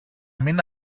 μην